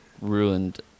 ruined